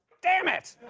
damn it!